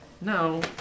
No